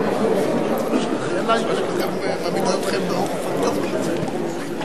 אנשי הרבנות הצבאית הראשית,